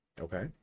Okay